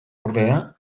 ordea